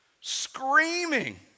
screaming